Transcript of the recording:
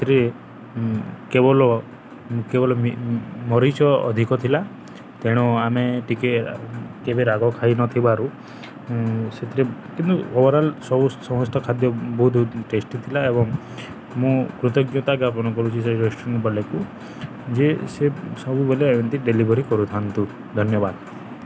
ସେଥିରେ କେବଳ କେବଳ ମରିଚ ଅଧିକ ଥିଲା ତେଣୁ ଆମେ ଟିକେ କେବେ ରାଗ ଖାଇନଥିବାରୁ ସେଥିରେ କିନ୍ତୁ ଓଭରଲ୍ ସବୁ ସମସ୍ତ ଖାଦ୍ୟ ବହୁତ ଟେଷ୍ଟି ଥିଲା ଏବଂ ମୁଁ କୃତ୍ଜ୍ଞତା ଜ୍ଞାପନ କରୁଛି ସେ ରେଷ୍ଟୁରାଣ୍ଟବାଲାକୁ ଯେ ସେ ସବୁବେଳେ ଏମିତି ଡେଲିଭରି କରୁଥାନ୍ତୁ ଧନ୍ୟବାଦ